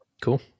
Cool